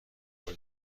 قرار